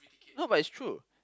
no but it's true